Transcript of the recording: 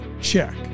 check